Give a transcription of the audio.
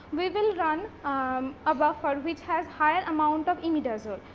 we will run um a buffer and which has higher amount of imidazole.